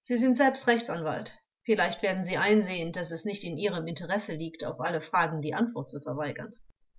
sie sind selbst rechtsanwalt vielleicht werden sie einsehen daß es nicht in ihrem interesse liegt auf alle fragen die antwort zu verweigern